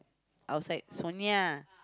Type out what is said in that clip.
outside Sonia